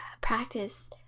practice